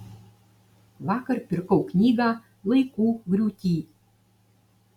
vakar pirkau knygą laikų griūty